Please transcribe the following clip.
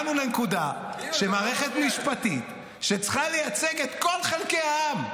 -- שהגענו לנקודה שמערכת משפטית שצריכה לייצג את כל חלקי העם,